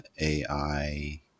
AI